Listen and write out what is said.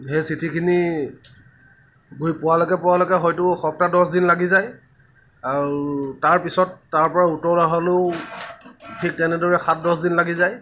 সেই চিঠিখিনি গৈ পোৱালৈকে পোৱালৈকে হয়তো সপ্তাহ দহদিন লাগি যায় আৰু তাৰপিছত তাৰ পৰা উত্তৰ অহালৈও ঠিক তেনেদৰে সাত দহদিন লাগি যায়